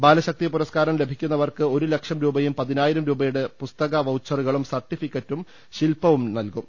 ബാലശക്തി പുരസ്കാരം ലഭിക്കുന്നവർക്ക് ഒരു ലക്ഷം രൂപയും പതിനായിരം രൂപയുടെ പുസ്തക വൌച്ചറുകളും സർട്ടി ഫിക്കറ്റും ശിൽപ്പവും നൽകും